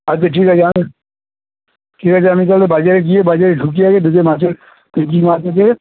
আচ্ছা ঠিক আছে আমি ঠিক আছে আমি তাহলে বাজারে গিয়ে বাজারে ঢুকি আগে ঢুকে মাছের কি কি মাছ আছে